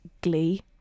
glee